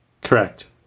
Correct